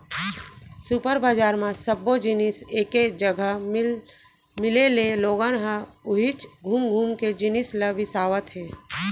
super बजार म सब्बो जिनिस एके जघा मिले ले लोगन ह उहेंच घुम घुम के जिनिस ल बिसावत हे